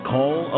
Call